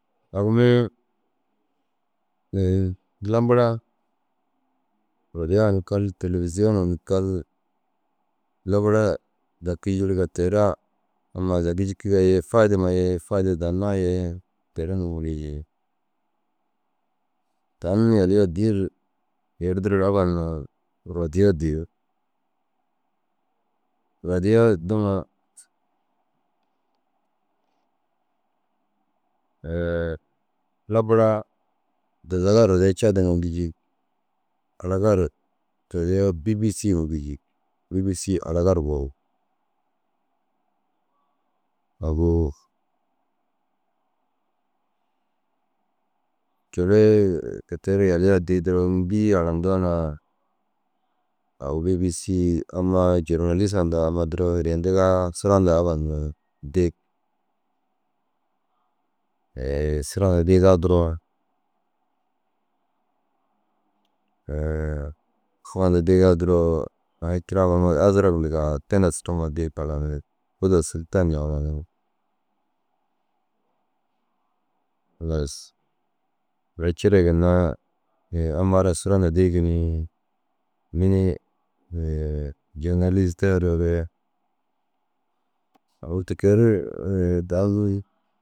Awinni lamburaa rodiyaa ni kal têlebiziyũ ni kal labara zaka yûniriga teraa ammaa zaga gîyikiŋa ye faidama ye faide dannaa ye teraa nûŋii jii. Tan yalii addii ru yerdiruu ru abba niraa rodiye dii. Rodiyaa ai tuma labara dazaga rodiye ca ŋa gîyuug. Araga ru rodiye bîbisii ŋa gîyuug. Bîbisii araga ru guurug. Agu Toore kei te ru yalii addii duro unu bîi harandoo na agu bîbisii amma jorol Issa nda amma duro hiriyendigaa sura hundaa abba nuruu diig. sura ma diigaa duro sura hundaa diigaa duro aŋ tira mamar azirag indiga aŋ te na suru ma diig haranirig. Fôdol sultan na haranirig. Halas te ru cire ginna amma ara sura hundaa diigi ni binii jurnaliz te haruure au tikeer tani unnu